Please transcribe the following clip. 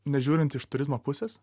nežiūrint iš turizmo pusės